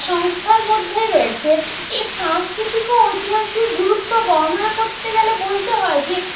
সংস্থার মধ্যেই রয়েছে এর সাংস্কৃতিক ও ঐতিহাসিক গুরুত্ব বর্ণনা করতে গেলে বলতে হয় যে